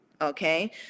Okay